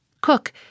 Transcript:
Cook